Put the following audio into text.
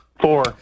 Four